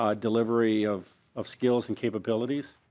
ah delivery of of skills and capabilities?